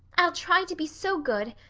i'll try to be so good.